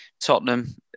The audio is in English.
Tottenham